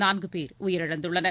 நான்கு பேர் உயிரிழந்துள்னர்